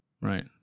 Right